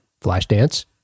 Flashdance